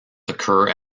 occur